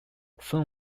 soon